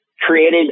created